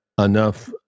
enough